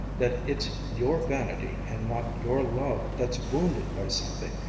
that it's your vanity and not your love that's wounded by something,